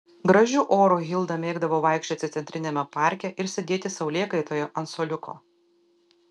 gražiu oru hilda mėgdavo vaikščioti centriniame parke ir sėdėti saulėkaitoje ant suoliuko